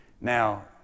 now